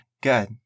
Good